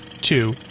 two